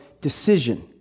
decision